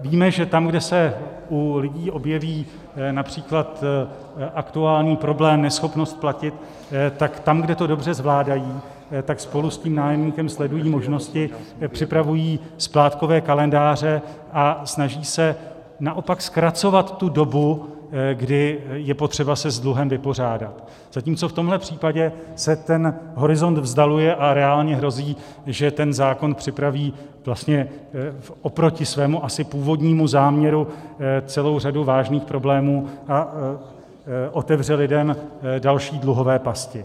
Víme, že tam, kde se u lidí objeví například aktuální problém, neschopnost platit, tak tam, kde to dobře zvládají, tak spolu s nájemníkem sledují možnosti, připravují splátkové kalendáře a snaží se naopak zkracovat tu dobu, kdy je potřeba se s dluhem vypořádat, zatímco v tomto případě se ten horizont vzdaluje a reálně hrozí, že ten zákon připraví oproti svému asi původnímu záměru celou řadu vážných problémů a otevře lidem další dluhové pasti.